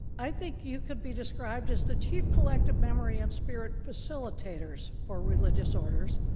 i think you could be described as the chief collective memory and spirit facilitators for religious orders.